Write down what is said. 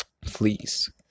please